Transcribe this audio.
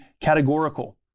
categorical